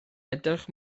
edrych